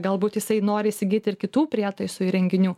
galbūt jisai nori įsigyt ir kitų prietaisų įrenginių